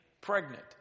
pregnant